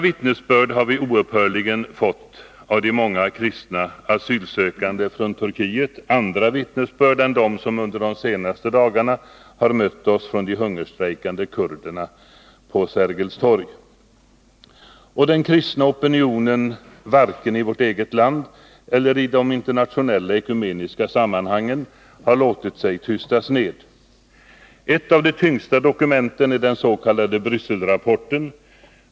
Vittnesbörd har vi oupphörligen fått av de många kristna asylsökande från Turkiet — andra vittnesbörd än de som under de senaste dagarna har mött oss från de hungerstrejkande kurderna på Sergels torg. Den kristna opinionen har varken i vårt eget land eller i de internationella ekumeniska sammanhangen låtit sig tystas ner. Ett av de tyngsta dokumenten är den s.k. Brysselrapporten.